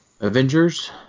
Avengers